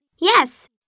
Yes